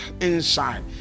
inside